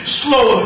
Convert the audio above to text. slow